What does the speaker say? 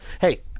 hey –